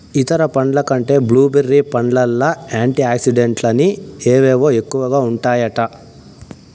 ఇతర పండ్ల కంటే బ్లూ బెర్రీ పండ్లల్ల యాంటీ ఆక్సిడెంట్లని అవేవో ఎక్కువగా ఉంటాయట